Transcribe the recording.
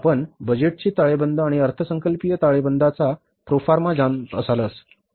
आपण बजेटची ताळेबंद आणि अर्थसंकल्पीय ताळेबंदाचा प्रोफार्मा जाणत असताल